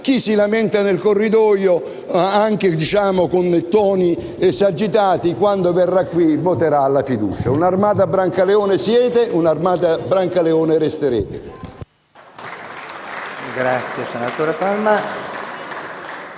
chi si lamenta nel corridoio - anche con toni esagitati - quando verrà qui, voterà la fiducia. Un'armata Brancaleone siete, un'armata Brancaleone resterete.